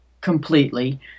completely